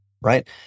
right